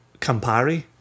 Campari